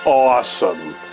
awesome